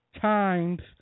times